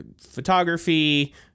photography